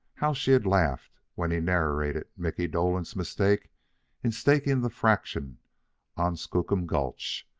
how she had laughed when he narrated mickey dolan's mistake in staking the fraction on skookum gulch.